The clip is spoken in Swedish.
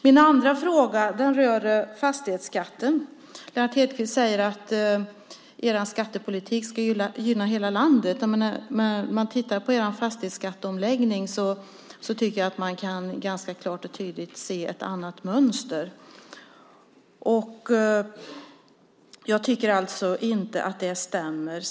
Min andra fråga rör fastighetsskatten. Lennart Hedquist säger att er skattepolitik ska gynna hela landet, men när man tittar på er fastighetsskatteomläggning tycker jag att man ganska klart och tydligt kan se ett annat mönster. Jag tycker alltså inte att det stämmer.